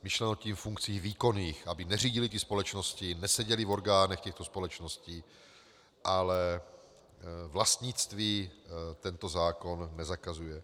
Myšleno tím funkcí výkonných, aby neřídili společnosti, neseděli v orgánech těchto společností, ale vlastnictví tento zákon nezakazuje.